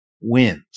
wins